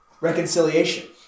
reconciliation